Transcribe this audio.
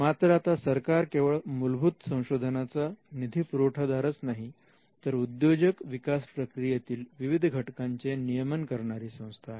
मात्र आता सरकार केवळ मूलभूत संशोधनाचा निधी पुरवठादारच नाही तर उद्योजक विकास प्रक्रियेतील विविध घटकांचे नियमन करणारी संस्था आहे